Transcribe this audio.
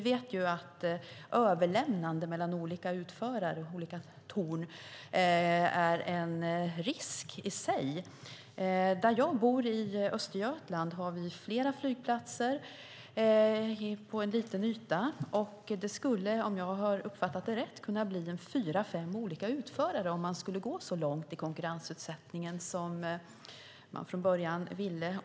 Vi vet att överlämnandet mellan olika utförare och olika torn innebär en risk i sig. Där jag bor i Östergötland har vi flera flygplatser på en liten yta. Det skulle, om jag har uppfattat det rätt, kunna bli fyra fem olika utförare om man skulle gå så långt i konkurrensutsättningen som man ville från början.